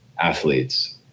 athletes